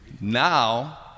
Now